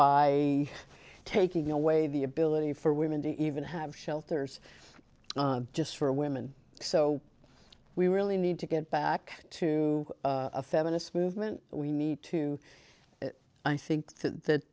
by taking away the ability for women to even have shelters just for women so we really need to get back to a feminist movement we need to i think that